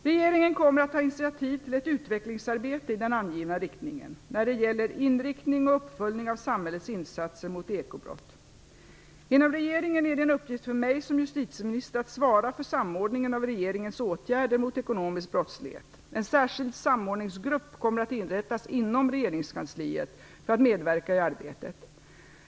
Regeringen kommer att ta initiativ till ett utvecklingsarbete i den angivna riktningen när det gäller inriktning och uppföljning av samhällets insatser mot ekobrott. Inom regeringen är det en uppgift för mig som justitieminister att svara för samordning av regeringens åtgärder mot ekonomisk brottslighet. En särskild samordningsgrupp kommer att inrättas inom regeringskansliet för att medverka i arbetet.